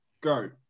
go